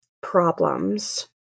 problems